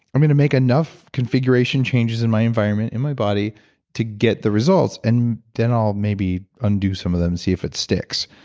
i'm going to make enough configuration changes in my environment and my body to get the results and then i'll maybe undo some of them and see if it sticks.